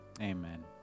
Amen